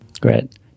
great